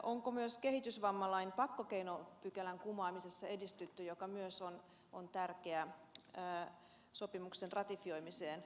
onko myös kehitysvammalain pakkokeinopykälän kumoamisessa edistytty mikä myös on tärkeää sopimuksen ratifioimiseksi